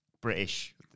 British